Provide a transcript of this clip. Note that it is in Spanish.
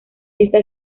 esta